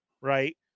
right